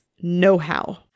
know-how